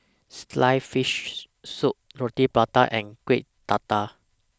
Sliced Fish Soup Roti Prata and Kuih Dadar